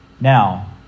Now